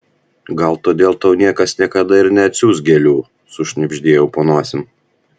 gal todėl tau niekas niekada ir neatsiųs gėlių sušnibždėjau po nosim